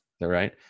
right